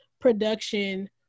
production